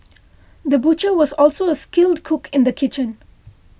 the butcher was also a skilled cook in the kitchen